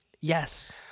Yes